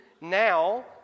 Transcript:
now